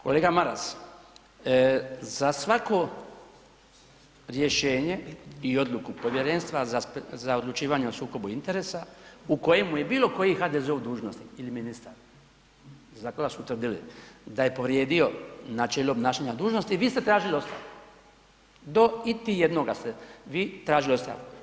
Kolega Maras, za svako rješenje i odluku Povjerenstva za odlučivanje o sukobu interesa u kojem je bilo koji HDZ-ov dužnosnik ili ministar za koga su tvrdili da je povrijedio načelo obnašanja dužnosti, vi ste tražili ostavku, do isti jednoga ste vi tražili ostavku.